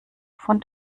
von